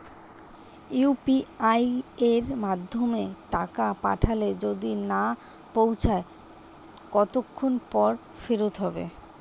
UPI য়ের মাধ্যমে টাকা পাঠালে যদি না পৌছায় কতক্ষন পর ফেরত হবে?